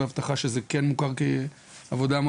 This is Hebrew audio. כמו